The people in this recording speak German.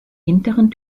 hinteren